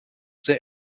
sehr